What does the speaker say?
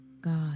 God